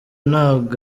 ntabwo